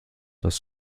das